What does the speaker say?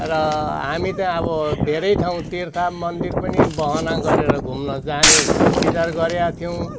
र हामी त अब धेरै ठाउँ तीर्थ मन्दिर पनि बहाना गरेर घुम्न जाने विचार गरेको थियौँ